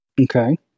okay